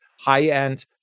high-end